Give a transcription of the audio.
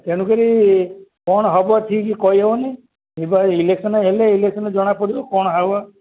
ତେଣୁକରି କଣ ହେବ ଠିକ୍ କହିହେବନି ଇଲେକ୍ସନ୍ ହେଲେ ଇଲେକ୍ସନ୍ ଜଣା ପଡ଼ିବ କଣ ହେବ